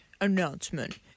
announcement